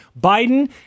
Biden